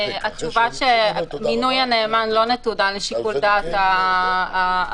התשובה היא שמינוי נאמן לא נתונה לשיקול דעת החייב.